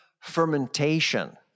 fermentation